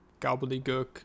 gobbledygook